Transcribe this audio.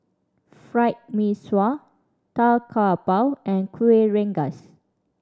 Fried Mee Sua Tau Kwa Pau and Kueh Rengas